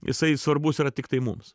jisai svarbus yra tiktai mums